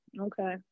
okay